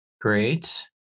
Great